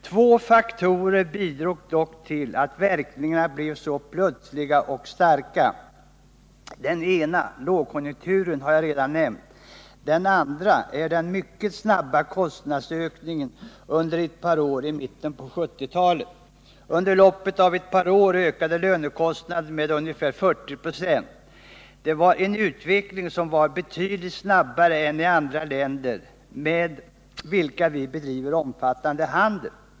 Två faktorer bidrog dock till att verkningarna blev så plötsliga och starka. Den ena, lågkonjunkturen, har jag redan nämnt. Den andra är den mycket snabba kostnadsökningen under ett par år i mitten av 1970-talet. Under loppet av ett par år ökade lönekostnaderna med ungefär 40 96. Det var en utveckling som var betydligt snabbare än i andra länder, med vilka vi bedriver omfattande handel.